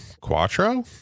Quattro